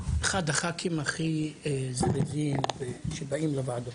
כי ראיתי שכתוב פה לכבוד ח"כ אחמד טיבי אבל ככל שיותר - יותר